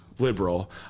liberal